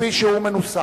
כפי שהיא מנוסחת.